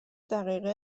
دقیقه